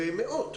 ומאות,